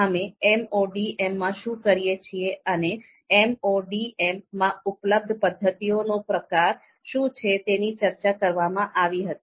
અમે MODM માં શું કરીએ છીએ અને MODM માં ઉપલબ્ધ પદ્ધતિઓનો પ્રકાર શું છે તેની ચર્ચા કરવામાં આવી હતી